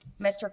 Mr